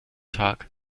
tag